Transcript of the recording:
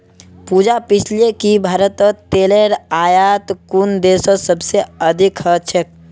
पूजा पूछले कि भारतत तेलेर आयात कुन देशत सबस अधिक ह छेक